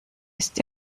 ist